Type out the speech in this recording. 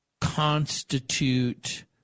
constitute